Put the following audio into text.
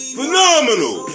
phenomenal